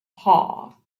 haw